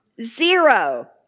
zero